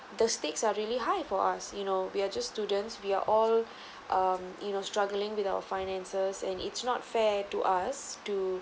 the stakes are really high for us you know we are just students we are all um you know struggling with our finances and it's not fair to us to